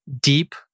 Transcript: deep